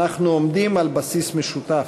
אנחנו עומדים על בסיס משותף,